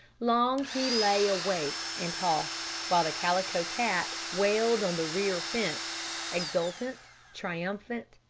long he lay awake and tossed, while the calico cat wailed on the rear fence exultant, triumphant,